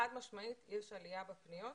חד-משמעית יש עלייה בפניות